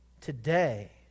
Today